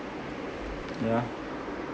yeah